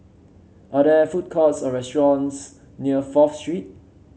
are there food courts or restaurants near Fourth Street